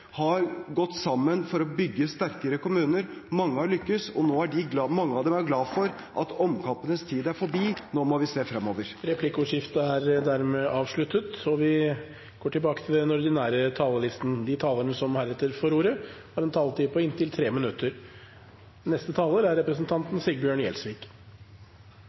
har gått sammen om å bygge sterkere kommuner. Mange har lyktes, og mange av dem er glad for at omkampenes tid er forbi. Nå må vi se fremover. Dermed er replikkordskiftet avsluttet. De talere som heretter får ordet, har en taletid på inntil 3 minutter. Kommunene er